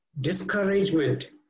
discouragement